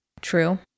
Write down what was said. true